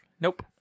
Nope